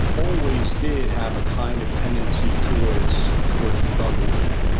always did have a kind of tendency towards towards thuggery.